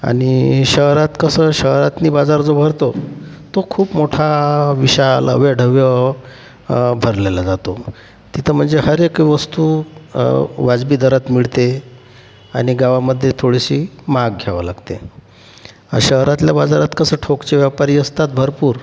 आणि शहरात कसं शहरातनी बाजार जो भरतो तो खूप मोठा विशाल अवाढव्य भरलेल्या राहतो तिथं म्हणजे हर एक वस्तु वाजवी दरात मिळते आणि गावामध्ये थोडीशी महाग घ्यावं लागते शहरातल्या बाजारात कसं ठोकचे व्यापारी असतात भरपूर